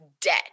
debt